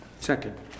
Second